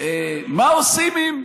מה עושים עם,